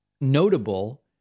notable